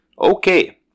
Okay